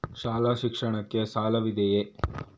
ಶಾಲಾ ಶಿಕ್ಷಣಕ್ಕೆ ಸಾಲವಿದೆಯೇ?